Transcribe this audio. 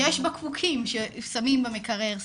אלא --- יש בקבוקים ששמים במקרר,